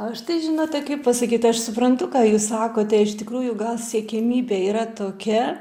aš tai žinote kaip pasakyt aš suprantu ką jūs sakote iš tikrųjų gal siekiamybė yra tokia